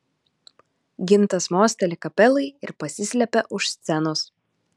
gintas mosteli kapelai ir pasislepia už scenos